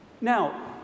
Now